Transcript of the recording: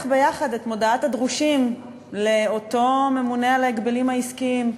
ביחד את מודעת הדרושים לאותו ממונה על ההגבלים העסקיים,